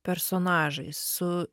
personažais su